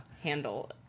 handle